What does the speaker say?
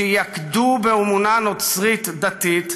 שיקדו באמונה נוצרית דתית,